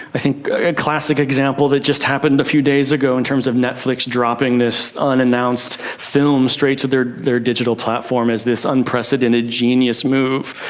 i think a classic example that just happened a few days ago in terms of netflix dropping this unannounced film straight to their their digital platform as this unprecedented genius move,